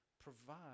provide